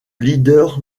leader